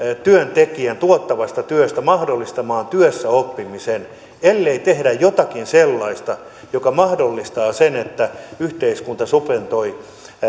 työntekijän tuottavasta työstä mahdollistamaan työssäoppimisen ellei tehdä jotakin sellaista mikä mahdollistaa sen että yhteiskunta subventoi